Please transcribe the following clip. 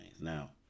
now